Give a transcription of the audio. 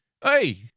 hey